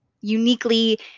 uniquely